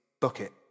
bucket